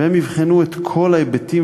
והם יבחנו את כל ההיבטים,